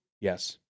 Yes